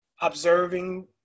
observing